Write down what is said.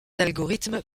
algorithmes